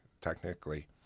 technically